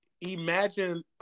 imagine